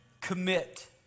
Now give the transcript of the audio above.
commit